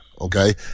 okay